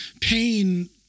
Pain